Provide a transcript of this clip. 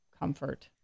comfort